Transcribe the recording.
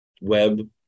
web